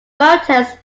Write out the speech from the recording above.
voters